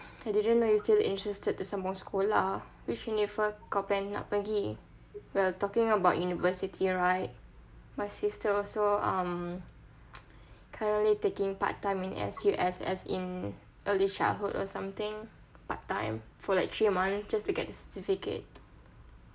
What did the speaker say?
I didn't know you still interested to sambung sekolah which uni kau plan nak pergi you're talking about university right my sister also um currently taking part time in S_U_S_S in early childhood or something part time for like three months just to get a certificate